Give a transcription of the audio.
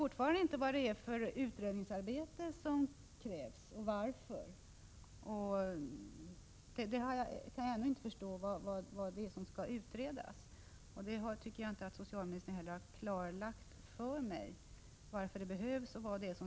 Fortfarande vet jag inte vilket utredningsarbete som krävs och varför. Jag kan inte förstå vilka förutsättningar som skall utredas. Det tycker jag inte socialministern har klarlagt för mig.